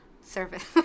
service